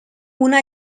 una